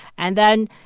and then,